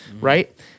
right